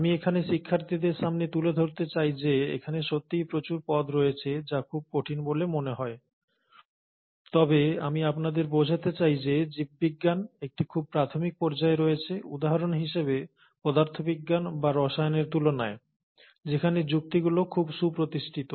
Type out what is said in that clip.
আমি এখানে শিক্ষার্থীদের সামনে তুলে ধরতে চাই যে এখানে সত্যিই প্রচুর পদ রয়েছে যা খুব কঠিন বলে মনে হয় তবে আমি আপনাদের বোঝাতে চাই যে জীববিজ্ঞান একটি খুব প্রাথমিক পর্যায়ে রয়েছে উদাহরণ হিসেবে পদার্থবিজ্ঞান বা রসায়নের তুলনায় যেখানে যুক্তিগুলো খুবই সুপ্রতিষ্ঠিত